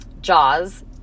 Jaws